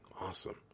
Awesome